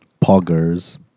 Poggers